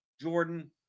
Jordan